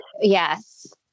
yes